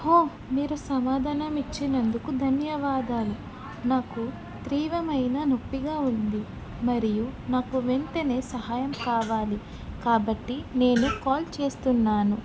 హో మీరు సమాధానం ఇచ్చినందుకు ధన్యవాదాలు నాకు త్రీవమైన నొప్పిగా ఉంది మరియు నాకు వెంటనే సహాయం కావాలి కాబట్టి నేను కాల్ చేస్తున్నాను